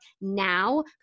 now